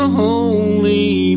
holy